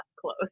close